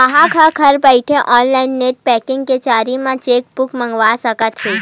गराहक ह घर बइठे ऑनलाईन नेट बेंकिंग के जरिए म चेकबूक मंगवा सकत हे